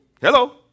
Hello